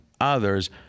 others